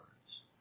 words